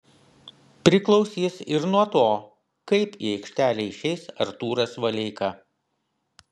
priklausys ir nuo to kaip į aikštelę išeis artūras valeika